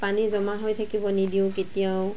পানী জমা হৈ থাকিব নিদিওঁ কেতিয়াও